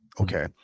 okay